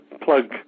plug